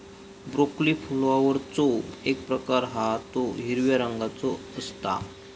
broccoli फ्लॉवरचो एक प्रकार हा तो हिरव्या रंगाचो असता